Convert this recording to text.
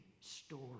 story